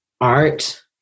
art